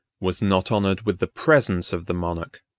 was not honored with the presence of the monarch.